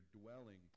dwelling